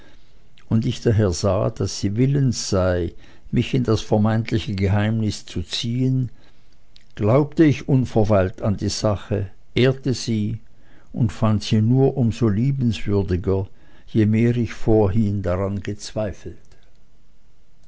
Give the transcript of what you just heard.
und ich daher sah daß sie willens sei mich in das vermeintliche geheimnis zu ziehen glaubte ich unverweilt an die sache ehrte sie und fand sie nur um so liebenswürdiger je mehr ich vorhin daran gezweifelt